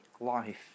life